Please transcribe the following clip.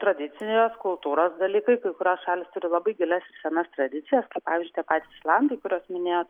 tradicijos kultūros dalykai kai kurios šalys turi labai gilias senas tradicijas kaip pavyzdžiui tie patys islandai kuriuos minėjot